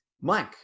Mike